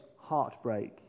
heartbreak